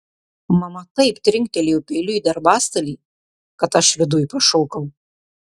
mama taip trinktelėjo peiliu į darbastalį kad aš viduj pašokau